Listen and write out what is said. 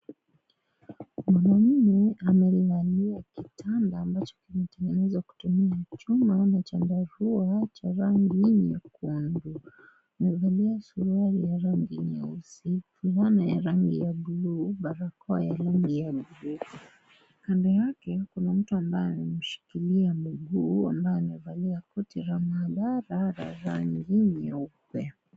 Mwanamume, amelalia kitanda, ambacho kimetengenezwa kwa kutumia chuma na chandarua cha rangi nyekundu. Amevalia suruali ya rangi nyeusi, fulana ya rangi ya bluu, barakoa ya rangi ya bluu. Kando yake, kuna mtu ambaye amemshikilia mguu, ambaye amevalia koti la maabara la rangi nyeupe.